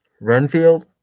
Renfield